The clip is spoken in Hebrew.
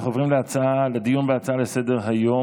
אנחנו עוברים לדיון בהצעות לסדר-היום